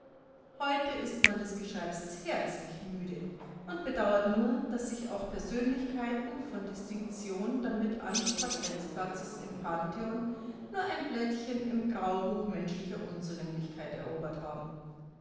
heute ist man des geschreibsels herzlich müde und bedauert nur daß sich auch persönlichkeiten von distinktion damit anstatt eines platzes im pantheon nur ein blättchen im graubuch menschlicher unzulänglichkeit erobert haben